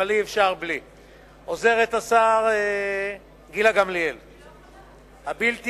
אבל אי-אפשר בלי עוזרת השר גילה גמליאל הבלתי-מתפשרת,